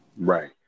Right